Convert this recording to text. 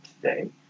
today